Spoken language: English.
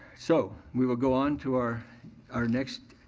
so, we will go on to our our next